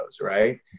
Right